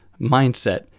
mindset